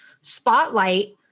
spotlight